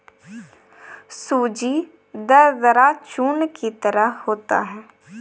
सूजी दरदरा चूर्ण की तरह होता है